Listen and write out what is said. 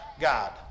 God